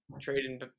trading